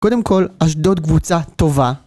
קודם כל, אשדוד קבוצה טובה.